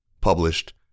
Published